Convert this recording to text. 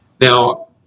Now